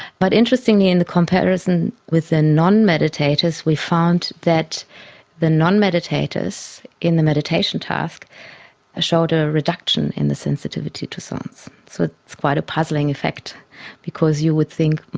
but interestingly in the comparison with the non-meditators we found that the non-meditators in the meditation task showed a reduction in the sensitivity to sounds. so it's quite a puzzling effect because you would think